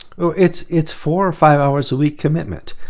so it's it's four or five hours a week commitment.